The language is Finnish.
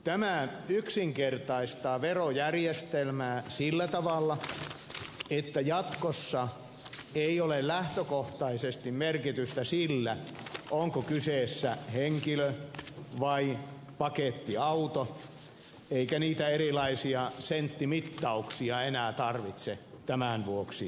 tämä yksinkertaistaa verojärjestelmää sillä tavalla että jatkossa ei ole lähtökohtaisesti merkitystä sillä onko kyseessä henkilö vai pakettiauto eikä niitä erilaisia senttimittauksia enää tarvitse tämän vuoksi tehdä